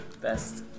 Best